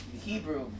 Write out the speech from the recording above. Hebrew